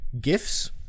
gifts